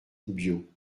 biot